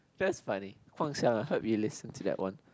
that's funny Guang-Xiang I heard you listen to that one